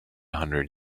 hundred